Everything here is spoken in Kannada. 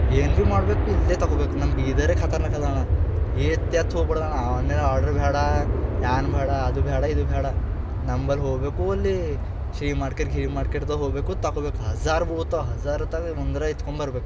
ಏನ್ ಭಿ ಮಾಡಬೇಕು ಇಲ್ಲೆ ತಗೊಬೇಕು ನಮ್ಮ ಬೀದರೇ ಖತರ್ನಾಕದೆ ಅಣ್ಣ ಏತ್ತೆತ್ತು ಹೋಗ್ಬಾರ್ದು ಅಣ್ಣ ಆನ್ಲೈನ್ ಆರ್ಡರ್ ಬ್ಯಾಡ ಏನ್ ಬ್ಯಾಡ ಅದು ಬ್ಯಾಡ ಇದು ಬ್ಯಾಡ ನಂಬಲ್ಲಿ ಹೋಗಬೇಕು ಅಲ್ಲಿ ಶ್ರೀ ಮಾರ್ಕೆಟ್ ಗಿರಿ ಮಾರ್ಕೆಟ್ದಾಗೆ ಹೋಗಬೇಕು ತಗೊಬೇಕು ಹಝಾರ್ ಬಹುತ ಹಝಾರ್ ಇರ್ತವೆ ಒಂದರಾ ಎತ್ಕೊಂಡ್ ಬರ್ಬೇಕು